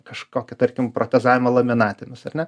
kažkokį tarkim protezavimo laminatinius ar ne